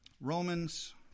Romans